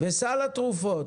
וסל התרופות